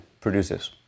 produces